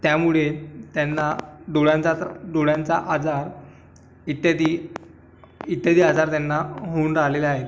त्यामुळे त्यांना डोळ्यांचा त्रा डोळ्यांचा आजार इत्यादी इत्यादी आजार त्यांना होऊन राहलेले आहे